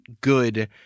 good